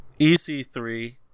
EC3